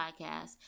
podcast